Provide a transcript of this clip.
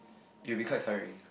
it'll be quite tiring